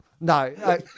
No